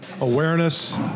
Awareness